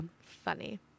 Funny